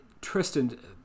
Tristan